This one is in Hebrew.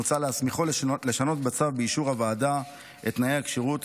מוצע להסמיכו לשנות בצו באישור הוועדה את תנאי הכשירות,